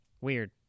weird